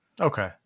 Okay